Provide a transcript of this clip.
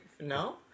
no